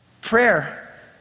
Prayer